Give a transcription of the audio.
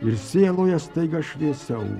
ir sieloje staiga šviesiau